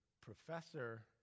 professor